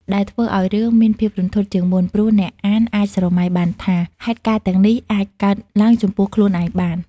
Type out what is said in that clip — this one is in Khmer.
ដែលធ្វើឲ្យរឿងមានភាពរន្ធត់ជាងមុន ព្រោះអ្នកអានអាចស្រមៃបានថា ហេតុការណ៍ទាំងនោះអាចកើតឡើងចំពោះខ្លួនឯងបាន។